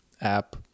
app